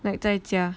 like 在家